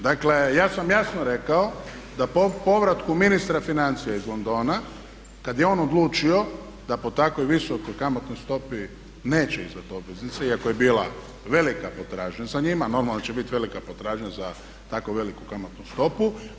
Dakle, ja sam jasno rekao da po povratku ministra financija iz Londona, kad je on odlučio da po tako visokoj kamatnoj stopi neće izdati obveznice iako je bila velika potražnja za njima, normalno da će biti velika potražnja za tako veliku kamatnu stopu.